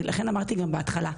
לכן אמרתי גם בהתחלה: